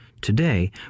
today